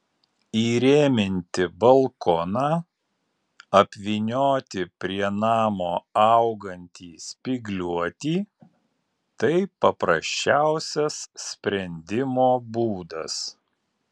įrėminti balkoną apvynioti prie namo augantį spygliuotį tai paprasčiausias sprendimo būdas